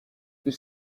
nous